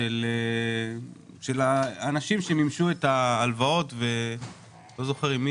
של האנשים שמימשו את ההלוואות, ואני לא זוכר עם מי